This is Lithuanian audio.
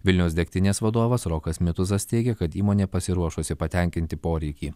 vilniaus degtinės vadovas rokas mituzas teigė kad įmonė pasiruošusi patenkinti poreikį